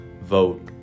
vote